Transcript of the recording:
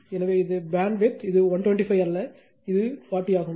எனவே இது பேண்ட்வித் இது 125 அல்ல இது 40 ஆகும்